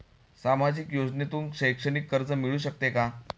सामाजिक योजनेतून शैक्षणिक कर्ज मिळू शकते का?